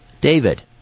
David